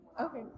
Okay